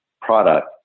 product